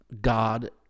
God